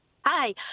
Hi